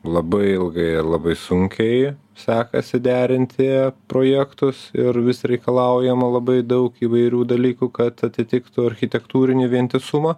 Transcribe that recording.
labai ilgai ir labai sunkiai sekasi derinti projektus ir vis reikalaujama labai daug įvairių dalykų kad atitiktų architektūrinį vientisumą